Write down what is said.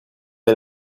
est